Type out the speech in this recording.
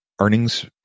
earnings